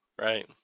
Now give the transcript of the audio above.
right